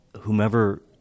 whomever